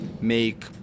make